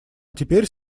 теперь